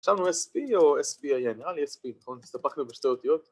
רשמנו SP או SPIN. נראה לי SP, נכון? הסתפקנו בשתי אותיות,